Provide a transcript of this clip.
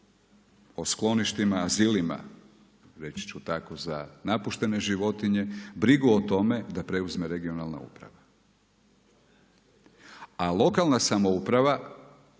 o skloništima, azilima, reći ću tako za napuštene životinje, brigu o tome da preuzme regionalna uprava. A lokalna samouprava,